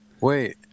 Wait